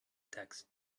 text